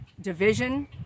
division